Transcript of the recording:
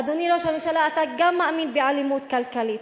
אדוני ראש הממשלה, אתה גם מאמין באלימות כלכלית,